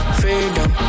freedom